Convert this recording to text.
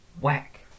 Whack